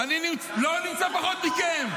לא נמצא פחות מכם.